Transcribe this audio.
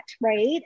right